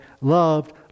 loved